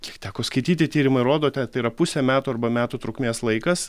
kiek teko skaityti tyrimai rodo tai yra pusė metų arba metų trukmės laikas